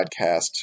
podcast